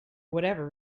whatever